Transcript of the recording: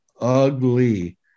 ugly